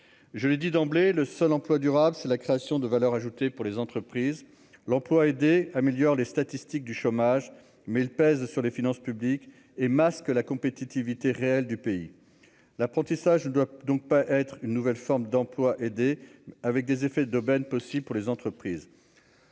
je l'ai dit d'emblée le seul emploi durable, c'est la création de valeur ajoutée pour les entreprises, l'emploi aidé améliore les statistiques du chômage mais elle pèse sur les finances publiques et masque la compétitivité réelle du pays, l'apprentissage ne doit donc pas être une nouvelle forme d'emplois aidés, avec des effets d'aubaine aussi pour les entreprises.